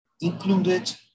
included